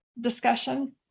discussion